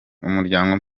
umuryango